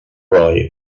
roy